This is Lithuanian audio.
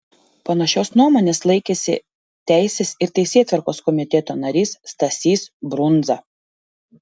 panašios nuomonės laikėsi teisės ir teisėtvarkos komiteto narys stasys brundza